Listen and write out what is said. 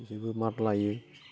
बिसोरबो मात लायो